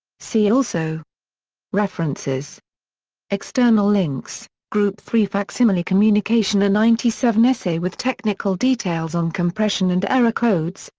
see also references external links group three facsimile communication a ninety seven essay with technical details on compression and error codes,